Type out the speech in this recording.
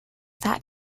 that